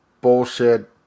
bullshit